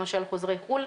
למשל חוזרי חו"ל,